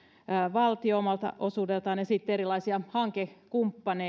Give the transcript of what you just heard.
valtio omalta osuudeltaan ja erilaiset hankekumppanit